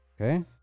Okay